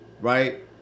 right